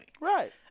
Right